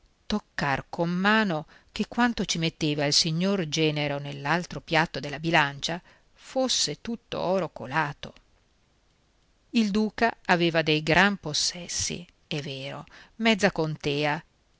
toccar con mano che quanto ci metteva il signor genero nell'altro piatto della bilancia fosse tutto oro colato il duca aveva dei gran possessi è vero mezza contea